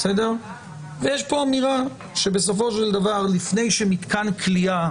יש פה אמירה שבסופו של דבר, לפני שמתקן כליאה